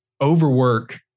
overwork